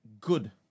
good